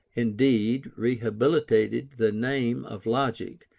indeed, rehabilitated the name of logic,